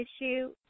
issue